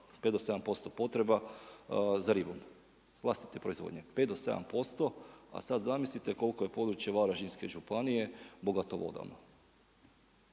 posto potreba za ribom vlastite proizvodnje, pet do sedam posto. A sad zamislite koliko je područje Varaždinske županije bogato vodama.